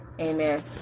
amen